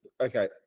okay